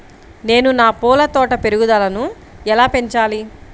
నేను నా పూల తోట పెరుగుదలను ఎలా పెంచాలి?